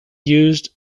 used